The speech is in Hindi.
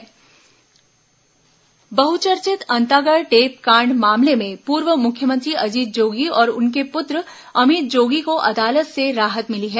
अंतागढ़ झीरम घाटी हाईकोर्ट बहुचर्चित अंतागढ़ टेप कांड मामले में पूर्व मुख्यमंत्री अजीत जोगी और उनके पुत्र अमित जोगी को अदालत से राहत मिली है